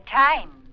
time